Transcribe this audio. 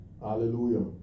Hallelujah